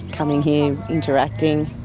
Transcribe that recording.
coming here, interacting,